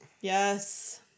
yes